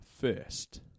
first